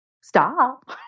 Stop